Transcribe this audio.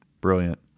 Brilliant